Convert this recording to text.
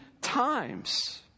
times